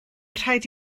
rhaid